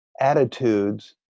attitudes